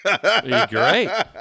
great